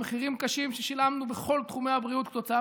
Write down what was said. במחירים קשים ששילמנו בכל תחומי הבריאות כתוצאה